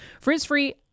Frizz-free